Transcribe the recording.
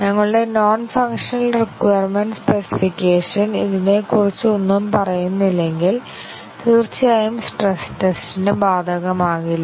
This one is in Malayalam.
ഞങ്ങളുടെ നോൺ ഫംഗ്ഷണൽ റിക്വയർമെന്റ് സ്പെസിഫിക്കേഷൻ ഇതിനെക്കുറിച്ച് ഒന്നും പറയുന്നില്ലെങ്കിൽ തീർച്ചയായും സ്ട്രെസ് ടെസ്റ്റിംഗ് ബാധകമാകില്ല